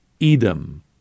Edom